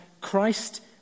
Christ